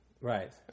Right